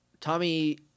Tommy